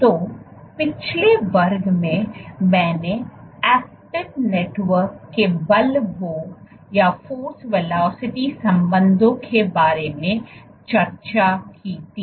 तो पिछले वर्ग में मैंने एक्टिन नेटवर्क्स के बल वेग संबंधों के बारे में चर्चा की थी